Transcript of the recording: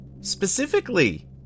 specifically